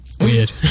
Weird